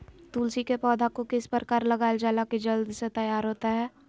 तुलसी के पौधा को किस प्रकार लगालजाला की जल्द से तैयार होता है?